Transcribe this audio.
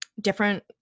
different